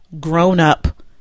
grown-up